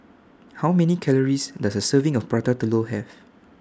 How Many Calories Does A Serving of Prata Telur Have